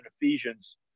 ephesians